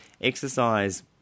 exercise